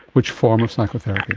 which form of psychotherapy?